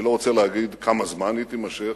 אני לא רוצה להגיד כמה זמן היא תימשך,